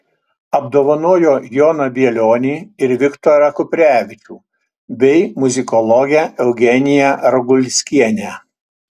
apdovanojo joną bielionį ir viktorą kuprevičių bei muzikologę eugeniją ragulskienę